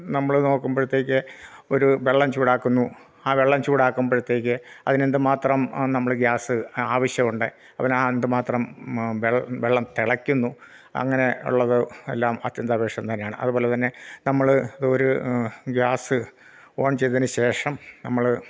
നമ്മൾ നോക്കുമ്പോഴത്തേക്ക് ഒരു വെള്ളം ചൂടാക്കുന്നു ആ വെള്ളം ചൂടാക്കുമ്പോഴത്തേക്ക് അതിനെന്ത് മാത്രം നമ്മൾ ഗ്യാസ് ആവശ്യമുണ്ട് അവന് എന്ത് മാത്രം വെള്ളം തിളക്കുന്നു അങ്ങനെ ഉള്ളത് എല്ലാം അത്യന്തപേക്ഷിതം തന്നെയാണ് അതുപോലെ തന്നെ നമ്മൾ ഇത് ഒരു ഗ്യാസ് ഓൺ ചെയ്തതിന് ശേഷം നമ്മൾ